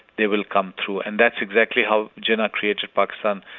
they will come through. and that's exactly how jinnah created pakistan,